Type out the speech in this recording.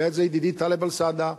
יודע את זה ידידי טלב אלסאנע.